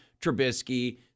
Trubisky